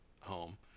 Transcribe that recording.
home